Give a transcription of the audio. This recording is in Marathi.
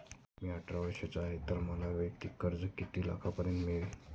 मी अठरा वर्षांचा आहे तर मला वैयक्तिक कर्ज किती लाखांपर्यंत मिळेल?